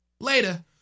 Later